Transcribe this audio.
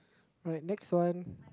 alright next one